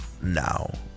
Now